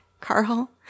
Carl